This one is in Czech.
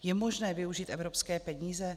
Je možné využít evropské peníze?